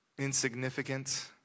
insignificant